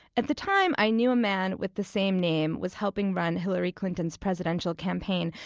at the time, i knew a man with the same name was helping run hillary clinton's presidential campaign,